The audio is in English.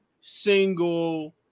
single